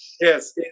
Yes